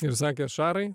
ir sakė šarai